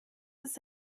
ist